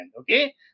okay